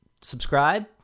subscribe